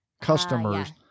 customers